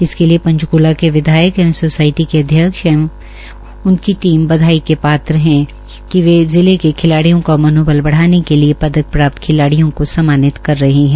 इसके लिए पंचकूला के विधायक एवं सोसाय ी के चेयरम्रा एवं उनकी ीम बधाई की पात्र ह कि वे जिला के खिलाडिय़ों का मनोबल बधाने की दिशा में महल प्राप्त खिलाडियों को सम्मानित कर रहे है